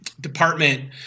department